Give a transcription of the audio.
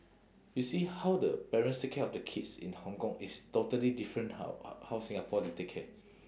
you see how the parents take care of the kids in hong kong is totally different how h~ how singapore they take care